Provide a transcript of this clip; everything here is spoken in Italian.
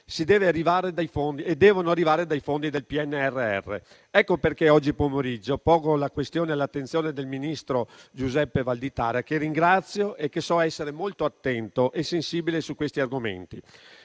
deve arrivare dai fondi del PNRR. Ecco perché oggi pomeriggio pongo tale questione all'attenzione del ministro Giuseppe Valditara, che ringrazio e che so essere molto attento e sensibile su questi argomenti.